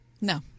No